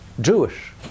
Jewish